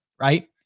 right